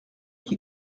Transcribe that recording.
qui